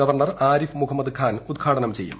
governor Arif Mohammad Khan ഉദ്ഘാടനം ചെയ്യും